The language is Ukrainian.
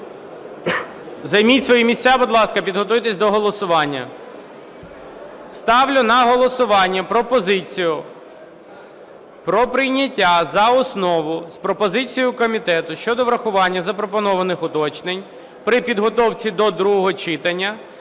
Займіть свої місця, будь ласка, підготуйтесь до голосування. Ставлю на голосування пропозицію про прийняття за основу, з пропозицією комітету щодо врахування запропонованих уточнень при підготовці до другого читання,